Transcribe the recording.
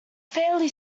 fairly